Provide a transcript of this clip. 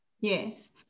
Yes